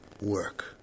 work